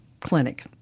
clinic